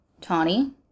Tawny